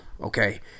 okay